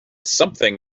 something